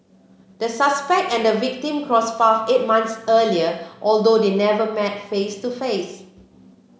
the suspect and victim crossed paths eight months earlier although they never met face to face